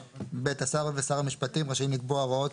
השר ושר המשפטים רשאי לקבוע הוראות